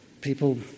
people